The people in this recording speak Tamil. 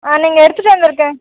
ஆ நீங்கள் எடுத்துகிட்டு வந்துருக்கே